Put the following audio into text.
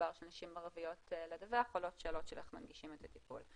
המוגבר של נשים ערביות לדווח עולות שאלות של איך מנגישים את הטיפול.